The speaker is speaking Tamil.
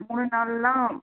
மூணு நாள்லாம்